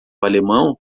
alemão